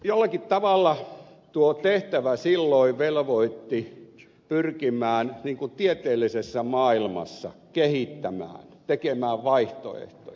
jollakin tavalla tuo tehtävä silloin velvoitti pyrkimään tieteellisessä maailmassa kehittämään tekemään vaihtoehtoja